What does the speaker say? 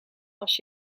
als